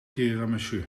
tiramisu